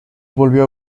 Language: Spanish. volvió